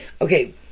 okay